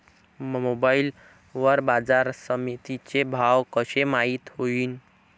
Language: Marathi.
मोबाईल वर बाजारसमिती चे भाव कशे माईत होईन?